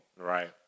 Right